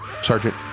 Sergeant